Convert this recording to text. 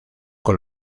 con